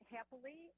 Happily